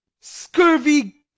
scurvy